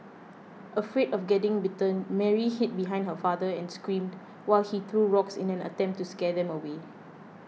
afraid of getting bitten Mary hid behind her father and screamed while he threw rocks in an attempt to scare them away